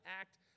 act